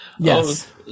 Yes